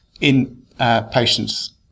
in-patients